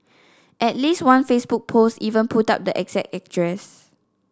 at least one Facebook post even put up the exact address